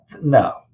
no